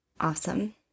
Awesome